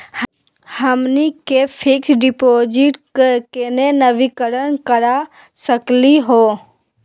हमनी के fix deposit क केना नवीनीकरण करा सकली हो?